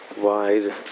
wide